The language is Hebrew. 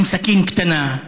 עם סכין קטנה,